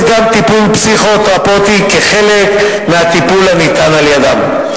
גם טיפול פסיכותרפויטי כחלק מהטיפול הניתן על-ידיהם.